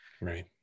Right